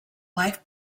life